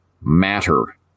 matter